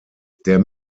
der